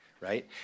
right